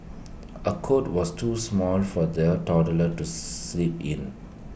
A cot was too small for their toddler to sleep in